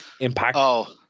impact